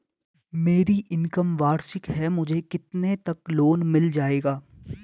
मेरी इनकम वार्षिक है मुझे कितने तक लोन मिल जाएगा?